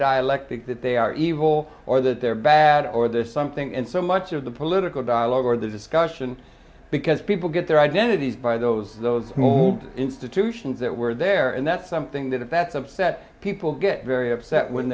dialectic that they are evil or that they're bad or there's something and so much of the political dialogue or the discussion because people get their identities by those those moved to show that we're there and that's something that that's upset people get very upset when